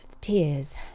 tears